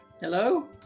Hello